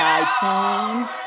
iTunes